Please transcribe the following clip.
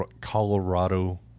Colorado